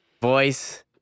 voice